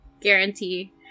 Guarantee